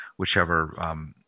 whichever